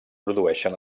produeixen